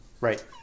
Right